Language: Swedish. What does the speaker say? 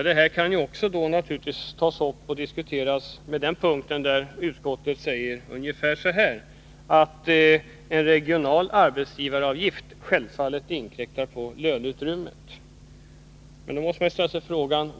Detta bör man ha i minnet när man läser utskottets uttalande att en regional arbetsgivaravgift självfallet inkräktar på löneutrymmet.